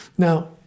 Now